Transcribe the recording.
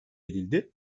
edildi